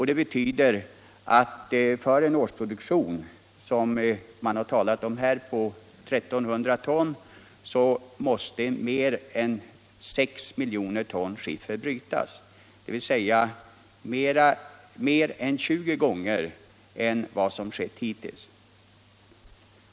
Det betyder att för en årsproduktion som Om uranförsörjman har talat om här på 1300 ton måste nära 6 miljoner ton skiffer — ningen brytas, dvs. över 20 gånger mer per år än vad som hittills brutits.